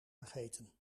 vergeten